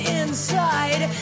inside